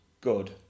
good